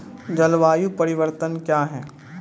जलवायु परिवर्तन कया हैं?